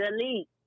Delete